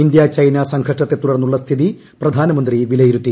India China സംഘർഷത്തെ തുടർന്നുള്ള സ്ഥിതീപ്പ്ധാനമന്ത്രി വിലയിരുത്തി